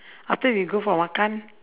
after we go for makan